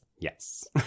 Yes